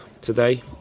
today